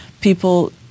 people